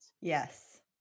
Yes